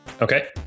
okay